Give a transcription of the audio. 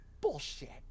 Bullshit